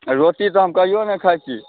रोटी तऽ हम कहिओ नहि खाइ छी